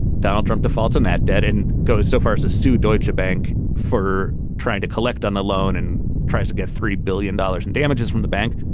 donald trump defaults on that debt and goes so far as to sue deutsche bank for trying to collect on and tries to get three billion dollars in damages from the bank.